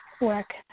work